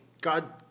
God